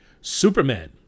Superman